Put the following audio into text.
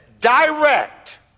Direct